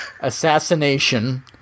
Assassination